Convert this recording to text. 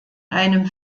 einem